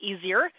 easier